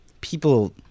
people